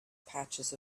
patches